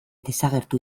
desagertu